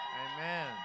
Amen